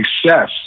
success